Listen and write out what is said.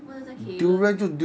怎么叫